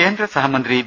കേന്ദ്രസഹമന്ത്രി വി